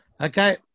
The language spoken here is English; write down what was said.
Okay